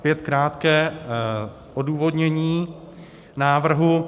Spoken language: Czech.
Opět krátké odůvodnění návrhu.